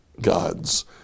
gods